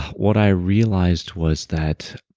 what i realized was that